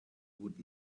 would